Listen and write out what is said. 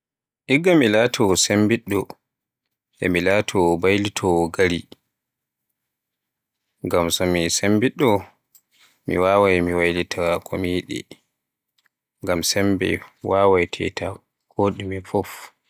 Igga mi laato sembiɗɗo e mi laato mbaylitowo gaari, ngam so mi sembiɗɗo mi waawai mi waylita ko mi yiɗi, ngam sembe waawai teta ko ɗume fuf.